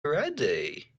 ready